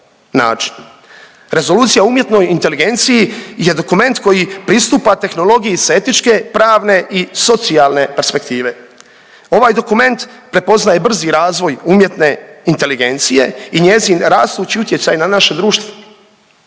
Rezolucija o umjetnoj inteligenciji je dokument koji pristupa tehnologiji sa etičke, pravne i socijalne perspektive. Ovaj dokument prepoznaje brzi razvoj umjetne inteligencije i njezin rastući utjecaj na naše društvo.